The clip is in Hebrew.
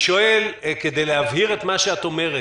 כדי להבהיר את מה שאת אומרת,